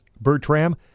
Bertram